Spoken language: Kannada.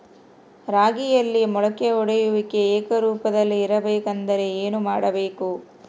ರಾಗಿಯಲ್ಲಿ ಮೊಳಕೆ ಒಡೆಯುವಿಕೆ ಏಕರೂಪದಲ್ಲಿ ಇರಬೇಕೆಂದರೆ ಏನು ಮಾಡಬೇಕು?